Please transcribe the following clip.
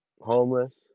Homeless